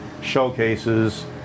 showcases